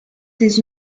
des